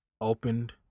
Opened